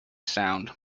sound